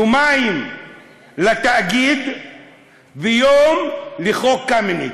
יומיים לתאגיד ויום לחוק קמיניץ.